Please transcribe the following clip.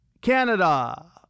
Canada